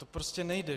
To prostě nejde.